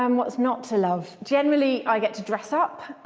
um what's not to love? generally i get to dress up,